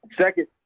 Second